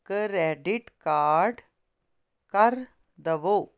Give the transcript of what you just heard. credit card ਕਰ ਦੇਵੋ